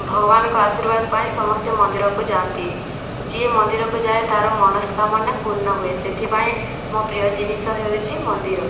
ଭଗବାନଙ୍କ ଆଶୀର୍ବାଦ ପାଇଁ ସମସ୍ତେ ମନ୍ଦିରକୁ ଯାଆନ୍ତି ଯିଏ ମନ୍ଦିରକୁ ଯାଏ ତା'ର ମନସ୍କାମନା ପୂର୍ଣ୍ଣ ହୁଏ ସେଥିପାଇଁ ମୋ' ପ୍ରିୟ ଜିନିଷ ହେଉଛି ମନ୍ଦିର